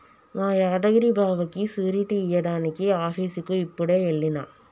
మా యాదగిరి బావకి సూరిటీ ఇయ్యడానికి ఆఫీసుకి యిప్పుడే ఎల్లిన